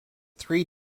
three